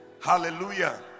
Hallelujah